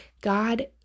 God